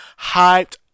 hyped